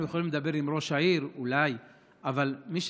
אנחנו אולי יכולים לדבר עם ראש העיר, אבל האורגן